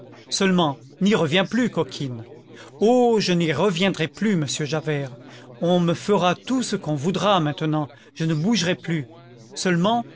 seulement n'y reviens plus coquine oh je n'y reviendrai plus monsieur javert on me fera tout ce qu'on voudra maintenant je ne bougerai plus seulement